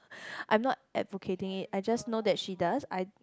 I am not advocating it I just know that she does I